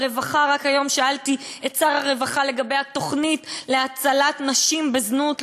הרווחה: רק היום שאלתי את שר הרווחה לגבי התוכנית להצלת נשים בזנות,